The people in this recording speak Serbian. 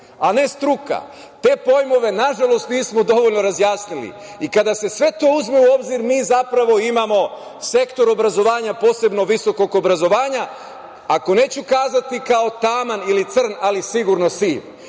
a ne struka. Te pojmove nažalost nismo dovoljno razjasnili. Kada se sve to uzme u obzir mi zapravo imamo sektor obrazovanja posebnog visokog obrazovanja, ako neću kazati kao taman ili crn, ali sigurno siv.